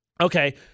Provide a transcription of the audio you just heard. Okay